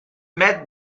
met